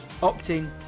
opting